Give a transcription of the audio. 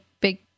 big